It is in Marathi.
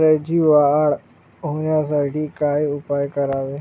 हरभऱ्याची वाढ होण्यासाठी काय उपाय करावे?